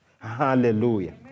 Hallelujah